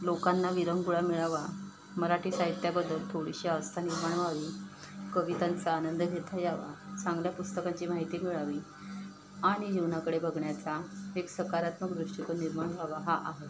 लोकांना विरंगुळा मिळावा मराठी साहित्याबद्दल थोडीशी आस्था निर्माण व्हावी कवितांचा आनंद घेता यावा चांगल्या पुस्तकांची माहिती मिळावी आणि जीवनाकडे बघण्याचा एक सकारात्मक दृष्टिकोन निर्माण व्हावा हा आहे